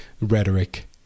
rhetoric